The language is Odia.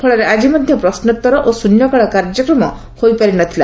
ଫଳରେ ଆଜି ମଧ୍ଧ ପ୍ରଶ୍ରୋତ୍ତର ଓ ଶୂନ୍ୟକାଳ କାଯ୍ୟକ୍ରମ ହୋଇପାରି ନ ଥିଲା